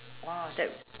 oh that